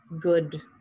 good